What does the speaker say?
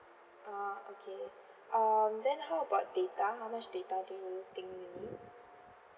ah okay um then how about data how much data do you think you need